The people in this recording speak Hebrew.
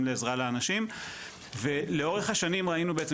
לעזרה לאנשים ולאורך השנים ראינו בעצם,